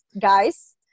guys